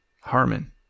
Harmon